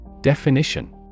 Definition